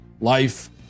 life